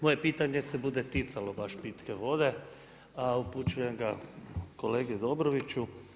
Moje pitanje se bude ticalo baš pitke vode, a upućujem ga kolegi Dobroviću.